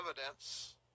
evidence